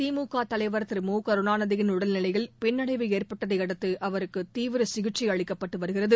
திமுக தலைவர் திரு மு கருணாநிதியின் உடல்நிலையில் பின்னடைவு ஏற்பட்டதையடுத்து அவருக்கு தீவிர சிகிச்சை அளிக்கப்பட்டு வருகிறது